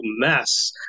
mess